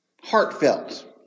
heartfelt